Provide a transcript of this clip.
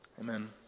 Amen